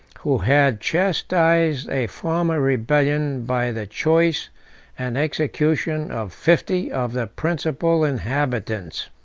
who had chastised a former rebellion by the choice and execution of fifty of the principal inhabitants.